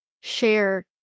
share